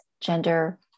gender